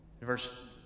Verse